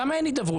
למה אין הידברות?